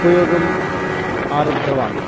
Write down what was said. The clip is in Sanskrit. उपयोगम् आरब्धवान्